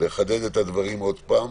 לחדד את הדברים שוב.